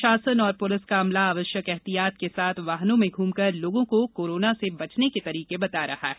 प्रशासन और पुलिस का अमला आवश्यक ऐहितयात के साथ वाहनों में घूमकर लोगों को कोराना से बचने के तरीके बता रहा है